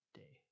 day